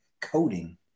coding